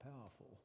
powerful